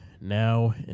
now